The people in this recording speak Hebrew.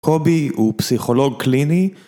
קובי הוא פסיכולוג קליני